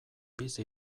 bizi